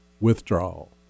withdrawal